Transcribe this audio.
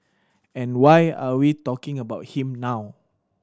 and why are we talking about him now